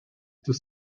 dos